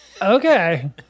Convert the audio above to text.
Okay